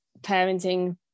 parenting